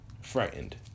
frightened